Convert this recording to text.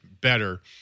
better